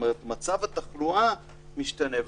מצב התחלואה משתנה,